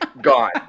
Gone